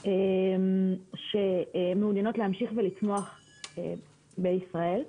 שמעוניינות להמשיך ולצמוח בישראל.